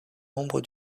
membre